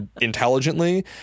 intelligently